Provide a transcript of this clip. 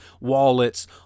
wallets